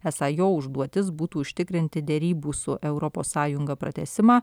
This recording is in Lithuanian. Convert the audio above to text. esą jo užduotis būtų užtikrinti derybų su europos sąjunga pratęsimą